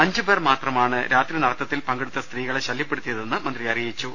അഞ്ചുപേർ മാത്രമാ ണ് രാത്രി നടത്തത്തിൽ പങ്കെടുത്ത സ്ത്രീകളെ ശല്യപ്പെടുത്തിയതെന്ന് മന്ത്രി അറി യിച്ചു